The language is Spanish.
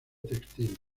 textil